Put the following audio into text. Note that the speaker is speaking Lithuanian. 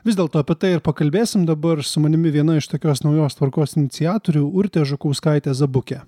vis dėlto apie tai ir pakalbėsim dabar su manimi viena iš tokios naujos tvarkos iniciatorių urtė žukauskaitė zabukė